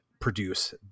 produce